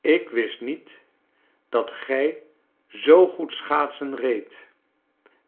ik wist niet dat gij zoo goed schaatsen reedt